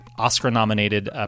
oscar-nominated